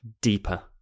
deeper